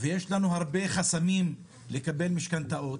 ויש לנו הרבה חסמים לקבל משכנתאות